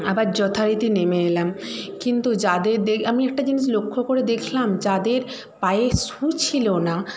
আবার যথারীতি নেমে এলাম কিন্তু যাদের আমি একটা জিনিস লক্ষ্য করে দেখলাম যাদের পায়ে শ্যু ছিল না